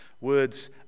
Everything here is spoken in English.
Words